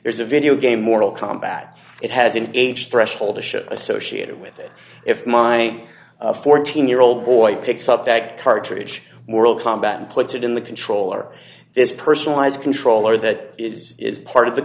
brief here's a video game mortal combat it has an age threshold a ship associated with it if my fourteen year old boy picks up that cartridge world combat and puts it in the controller this personalized controller that is is part of the